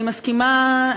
אני מסכימה,